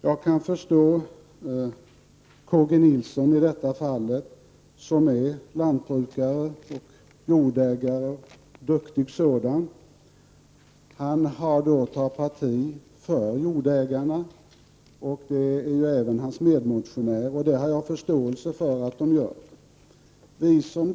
Jag kan förstå att Carl G Nilsson, som är lantbrukare och jordägare och en duktig sådan, i detta fall tar parti för jordägarna. Även hans medmotionär är ju jordägare, och jag har alltså förståelse för att de agerar på det sättet.